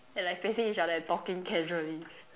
and like facing each other and talking casually